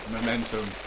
Momentum